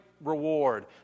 reward